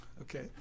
Okay